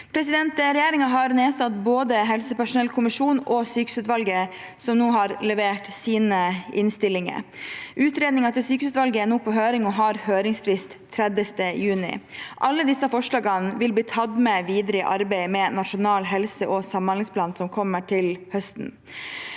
tjenesten. Regjeringen har nedsatt både helsepersonellkommisjonen og sykehusutvalget, som nå har levert sine innstillinger. Utredningen til sykehusutvalget er nå på høring og har høringsfrist 30. juni. Alle disse forslagene vil bli tatt med videre i arbeidet med Nasjonal helse- og samhandlingsplan som kommer til høsten.